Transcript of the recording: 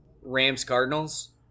Rams-Cardinals